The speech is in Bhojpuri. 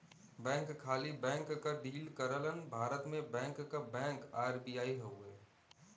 बैंक खाली बैंक क डील करलन भारत में बैंक क बैंक आर.बी.आई हउवे